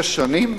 שש שנים,